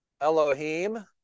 Elohim